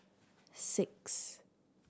six